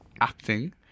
acting